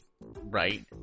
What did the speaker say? right